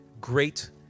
great